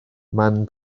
man